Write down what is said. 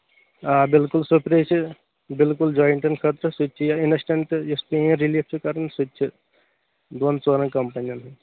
آ بِلکُل سُپرے چھُ بِلکُل جوٮٔٹن خٲطرٕ سُہ تہِ چھُ اِنسٹنٛٹہٕ یُس پیٚن رِلیٖف چھُ کَران سُہ تہِ چھُ دۅن ژورَن کَمپنیَن ہُنٛد